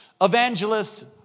evangelist